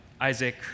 Isaac